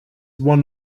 one